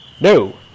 No